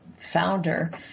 founder